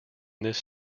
this